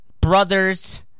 brother's